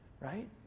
right